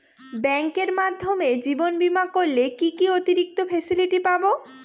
ব্যাংকের মাধ্যমে জীবন বীমা করলে কি কি অতিরিক্ত ফেসিলিটি পাব?